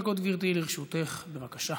שלוש דקות, גברתי, לרשותך, בבקשה.